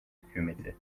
hükümeti